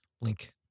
link